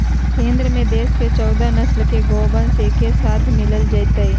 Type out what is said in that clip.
केंद्र में देश के चौदह नस्ल के गोवंश एके साथ मिल जयतय